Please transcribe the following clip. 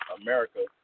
America